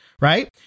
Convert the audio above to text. right